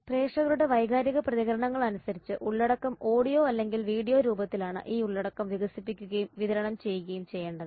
പ്രേക്ഷകരുടെ വൈകാരിക പ്രതികരണങ്ങൾ അനുസരിച്ച് ഉള്ളടക്കം ഓഡിയോ അല്ലെങ്കിൽ വീഡിയോ രൂപത്തിലാണ് ഈ ഉള്ളടക്കം വികസിപ്പിക്കുകയും വിതരണം ചെയ്യുകയും ചെയ്യേണ്ടത്